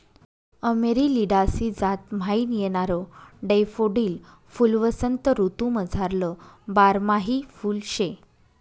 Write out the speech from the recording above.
Amaryllidaceae जात म्हाईन येणारं डैफोडील फुल्वसंत ऋतूमझारलं बारमाही फुल शे